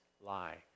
lie